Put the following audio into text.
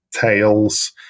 tails